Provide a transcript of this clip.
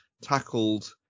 tackled